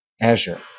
Azure